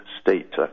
state